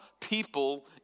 people